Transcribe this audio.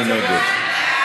מי נגד?